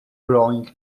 growing